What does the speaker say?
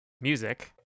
music